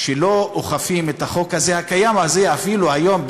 לא אוכפים את החוק הקיים הזה אפילו היום,